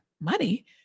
money